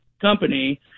company